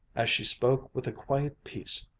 as she spoke with a quiet peace,